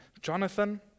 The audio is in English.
Jonathan